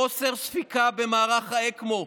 חוסר ספיקה במערך האקמו,